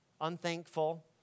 unthankful